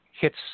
hits